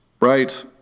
right